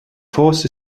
force